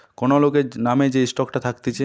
কোন লোকের নাম যে স্টকটা থাকতিছে